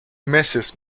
meses